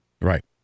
Right